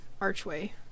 archway